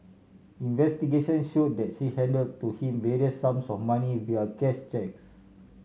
investigation show that she hand to him various sums of money via cash cheques